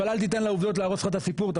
אבל אל תיתן לעובדות להרוס לך את הסיפור.